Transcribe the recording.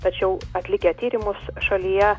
tačiau atlikę tyrimus šalyje